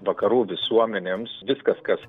vakarų visuomenėms viskas kas